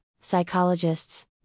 psychologists